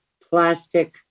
plastic